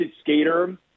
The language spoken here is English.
skater